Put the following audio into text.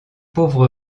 pauvre